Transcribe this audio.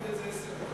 תלמד את זה, עשר דקות.